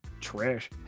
Trash